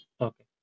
Okay